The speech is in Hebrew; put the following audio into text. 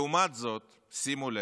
לעומת זאת, שימו לב,